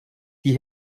die